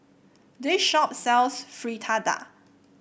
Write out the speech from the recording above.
this shop sells Fritada